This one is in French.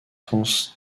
france